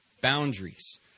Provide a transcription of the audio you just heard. boundaries